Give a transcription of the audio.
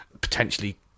potentially